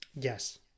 yes